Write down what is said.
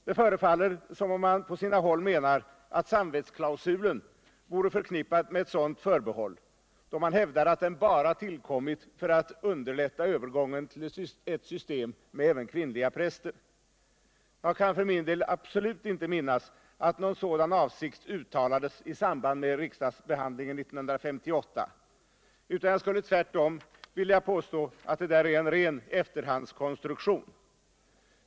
Det förefaller som om man på sina håll menar, att samvetsklausulen vore förknippad med ett sådant förbehåll, då man hävdar att den bara tillkommit för att underlätta övergången till ett system med även kvinnliga präster. Jag Kvinnliga. präster kan för min del absolut inte minnas, att någon sådan avsikt uttalades i samband med riksdagsbehandlingen 1958 utan skulle tvärtom vilja påstå att detta är en ren efterhandskonstruktion.